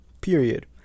period